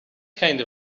kind